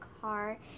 car